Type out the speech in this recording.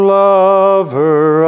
lover